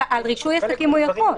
על רישוי עסקים הוא יכול.